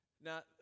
Now